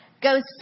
goes